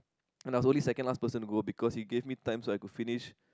and I was only second last person to go because he gave me time so I could finish